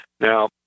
Now